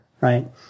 right